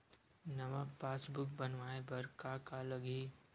नवा पासबुक बनवाय बर का का लगही?